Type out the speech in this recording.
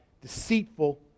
deceitful